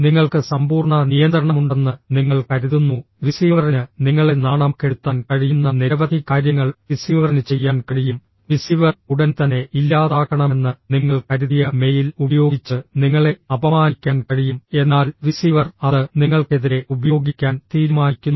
നിങ്ങൾക്ക് സമ്പൂർണ്ണ നിയന്ത്രണമുണ്ടെന്ന് നിങ്ങൾ കരുതുന്നു റിസീവറിന് നിങ്ങളെ നാണം കെടുത്താൻ കഴിയുന്ന നിരവധി കാര്യങ്ങൾ റിസീവറിന് ചെയ്യാൻ കഴിയും റിസീവർ ഉടൻ തന്നെ ഇല്ലാതാക്കണമെന്ന് നിങ്ങൾ കരുതിയ മെയിൽ ഉപയോഗിച്ച് നിങ്ങളെ അപമാനിക്കാൻ കഴിയും എന്നാൽ റിസീവർ അത് നിങ്ങൾക്കെതിരെ ഉപയോഗിക്കാൻ തീരുമാനിക്കുന്നു